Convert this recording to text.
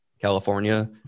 California